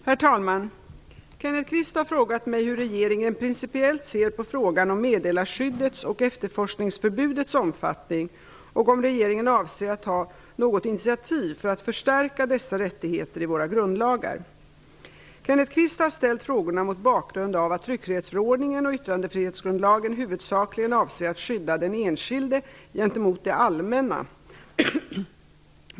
Herr talman! Kenneth Kvist har frågat mig hur regeringen principiellt ser på frågan om meddelarskyddets och efterforskningsförbudets omfattning och om regeringen avser att ta något initiativ för att förstärka dessa rättigheter i våra grundlagar. Kenneth Kvist har ställt frågorna mot bakgrund av att tryckfrihetsförordningen och yttrandefrihetsgrundlagen huvudsakligen avser att skydda den enskilde gentemot det allmänna.